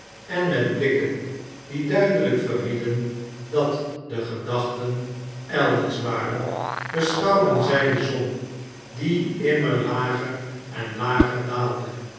en met blikken die duidelijk verrieden dat de gedachten elders waren beschouwden zij de zon die immer lager en lager daalde